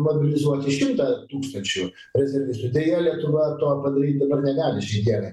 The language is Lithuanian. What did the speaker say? mobilizuoti šimtą tūkstančių rezervistų deja lietuva to padaryt dabar negali šiandienai